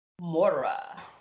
Mora